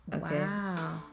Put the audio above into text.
wow